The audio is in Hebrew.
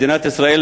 מדינת ישראל,